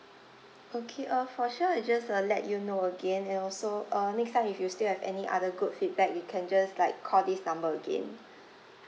okay uh for sure I'll just uh let you know again and also uh next time if you still have any other good feedback you can just like call this number again